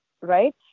right